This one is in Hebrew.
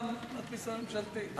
המדפיס הממשלתי.